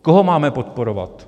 Koho máme podporovat?